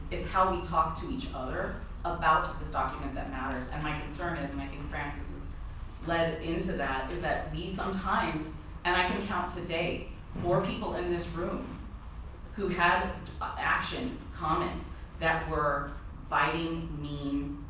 it's how we talk to each other about this document that matters and my concern is and i think francis has led into that is that we sometimes and i can count today four people in this room who have actions, comments that were biting, mean,